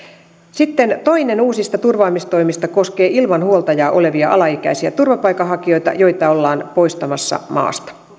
sitten toinen uusista turvaamistoimista koskee ilman huoltajaa olevia alaikäisiä turvapaikanhakijoita joita ollaan poistamassa maasta